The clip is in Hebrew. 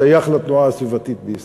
שייך לתנועה הסביבתית בישראל.